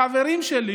החברים שלי,